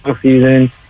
season